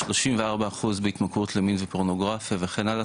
34 אחוז בהתמכרות למין ופורנוגרפיה וכן הלאה,